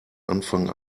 anfang